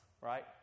right